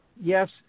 yes